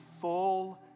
full